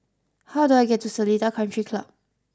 how do I get to Seletar Country Club